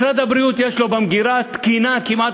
משרד הבריאות יש לו במגירה תקינה כמעט